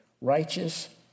righteous